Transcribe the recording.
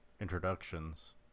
introductions